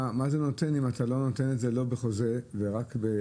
מה זה נותן אם אתה נותן את זה לא בחוזה ורק ב ?